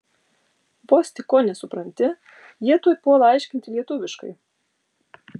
vos tik ko nesupranti jie tuoj puola aiškinti lietuviškai